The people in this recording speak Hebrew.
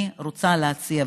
אני רוצה להציע,